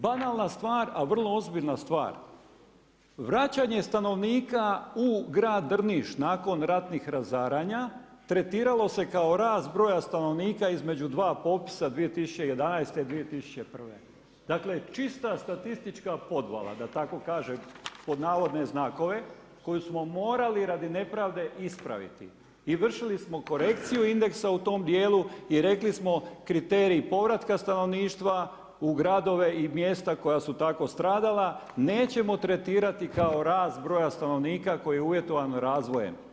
Banalna stvar a vrlo ozbiljna stvar vraćanje stanovnika u grad Drniš nakon ratnih razaranja tretiralo se kao rast broja stanovnika između dva popisa 2011. i 2001. dakle čista statistička podvala da tako kažem, pod navodne znakove koju smo morali radi nepravde ispraviti i vršili smo korekciju indeksa u tom dijelu i rekli smo kriterij povratka stanovništva u gradove i mjesta koja su tako stradala nećemo tretirati kao rast broja stanovnika koji je uvjetovan razvojem.